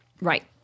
Right